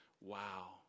Wow